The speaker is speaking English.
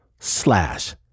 slash